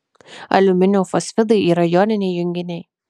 aliuminio fosfidai yra joniniai junginiai